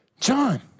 John